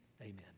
Amen